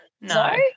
No